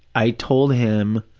i told him,